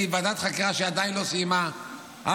ועדת חקירה שעדיין לא סיימה את דיוניה,